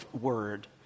word